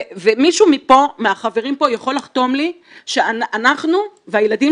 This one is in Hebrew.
ומישהו מהחברים פה יכול לחתום לי שאנחנו והילדים